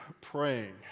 praying